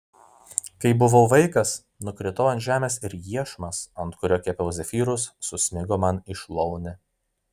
kai buvau vaikas nukritau ant žemės ir iešmas ant kurio kepiau zefyrus susmigo man į šlaunį